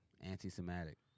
Anti-Semitic